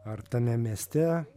ar tame mieste